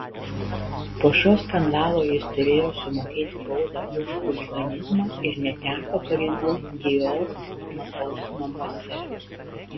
po šio skandalo jis turėjo sumokėti baudą už chuliganizmą ir neteko pareigų dior mados namuose